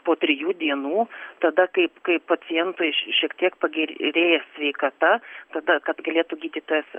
po trijų dienų tada kaip kai pacientui šiek tiek pagerėja sveikata tada kad galėtų gydytojas